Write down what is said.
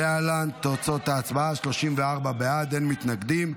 להלן תוצאות ההצבעה: 34 בעד, אין מתנגדים.